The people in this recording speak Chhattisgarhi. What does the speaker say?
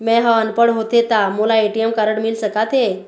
मैं ह अनपढ़ होथे ता मोला ए.टी.एम कारड मिल सका थे?